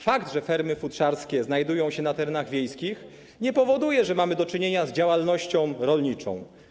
Fakt, że fermy futrzarskie znajdują się na terenach wiejskich, nie powoduje, że mamy do czynienia z działalnością rolniczą.